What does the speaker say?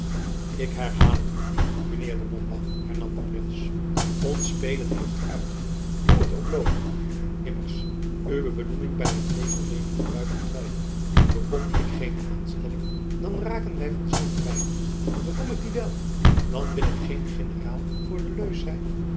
ik herhaal het u mijn heer de montbas hernam de prins ons spelen heeft uit hoe het ook loope immers uwe benoeming by het leger reken ik buiten twijfel bekom ik geene aanstelling dan raken wy van zelf verwijderd bekom ik die wel dan wil ik geen generaal voor de leus zijn